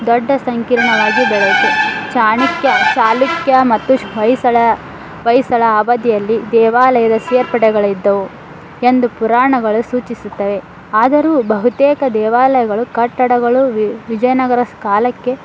ದೊಡ್ಡ ಸಂಕೀರ್ಣವಾಗಿ ಬೆಳೆಯಿತು ಚಾಣಕ್ಯ ಚಾಲುಕ್ಯ ಮತ್ತು ಹೊಯ್ಸಳ ಹೊಯ್ಸಳ ಅವಧಿಯಲ್ಲಿ ದೇವಾಲಯದ ಸೇರ್ಪಡೆಗಳು ಇದ್ದವು ಎಂದು ಪುರಾಣಗಳು ಸೂಚಿಸುತ್ತವೆ ಆದರೂ ಬಹುತೇಕ ದೇವಾಲಯಗಳು ಕಟ್ಟಡಗಳು ವಿಜಯನಗರ ಕಾಲಕ್ಕೆ